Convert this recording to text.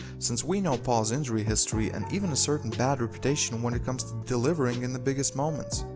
since we know paul's injury history and even a certain bad reputation when it comes to delivering in the biggest moments.